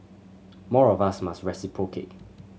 more of us must reciprocate